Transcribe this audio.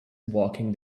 walking